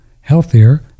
healthier